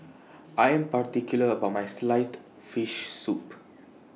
I Am particular about My Sliced Fish Soup